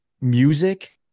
music